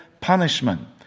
punishment